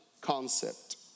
concept